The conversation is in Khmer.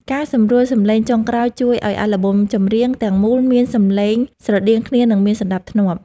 ការសម្រួលសំឡេងចុងក្រោយជួយឱ្យអាល់ប៊ុមចម្រៀងទាំងមូលមានសំឡេងស្រដៀងគ្នា និង មានសណ្ដាប់ធ្នាប់។